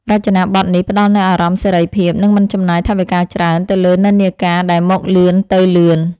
រចនាប័ទ្មនេះផ្តល់នូវអារម្មណ៍សេរីភាព និងមិនចំណាយថវិកាច្រើនទៅលើនិន្នាការដែលមកលឿនទៅលឿន។